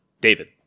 David